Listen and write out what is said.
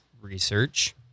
research